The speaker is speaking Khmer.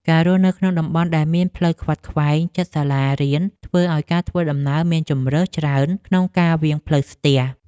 ការរស់នៅក្នុងតំបន់ដែលមានផ្លូវខ្វាត់ខ្វែងជិតសាលារៀនធ្វើឱ្យការធ្វើដំណើរមានជម្រើសច្រើនក្នុងការវាងផ្លូវស្ទះ។